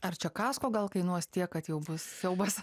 ar čia kasko gal kainuos tiek kad jau bus siaubas